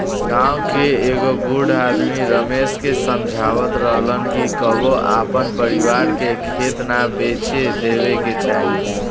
गांव के एगो बूढ़ आदमी रमेश के समझावत रहलन कि कबो आपन परिवार के खेत ना बेचे देबे के चाही